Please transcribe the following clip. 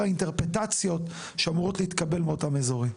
האינטרפרטציות שאמורות להתקבל מאותם אזורים?